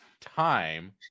time